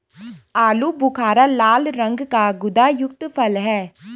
आलू बुखारा लाल रंग का गुदायुक्त फल है